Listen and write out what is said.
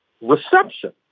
reception